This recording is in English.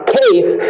case